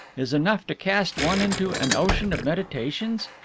is enough to cast one into an ocean of meditations?